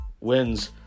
wins